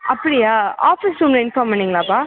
அப்படியா ஆஃபீஸ் ரூம்மில் இன்ஃபார்ம் பண்ணிங்களாப்பா